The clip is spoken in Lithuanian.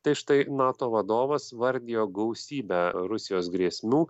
tai štai nato vadovas vardijo gausybę rusijos grėsmių